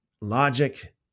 logic